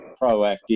proactive